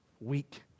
weak